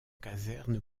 caserne